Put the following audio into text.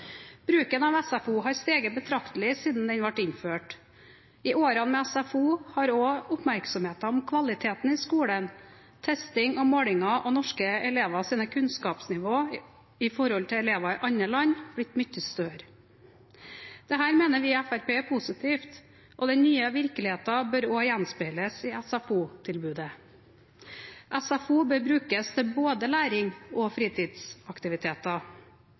Bruken av SFO har steget betraktelig siden den ble innført. I årene med SFO har også oppmerksomheten om kvaliteten i skolen, testing og måling av norske elevers kunnskapsnivå i forhold til elever i andre land, blitt mye større. Dette mener vi i Fremskrittspartiet er positivt, og den nye virkeligheten bør også gjenspeiles i SFO-tilbudet. SFO bør brukes til både læring og